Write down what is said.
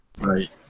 right